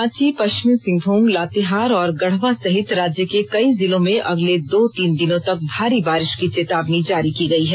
रांची पष्विमी सिंहभूम लातेहार और गढवा सहित राज्य के कई जिलों में अगले दो तीन दिनों तक भारी बारिष की चेतावनी जारी की गई है